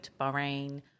Bahrain